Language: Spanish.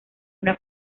una